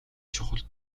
чухал